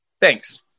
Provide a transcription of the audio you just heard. Thanks